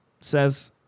says